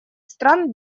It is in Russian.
стран